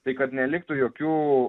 tai kad neliktų jokių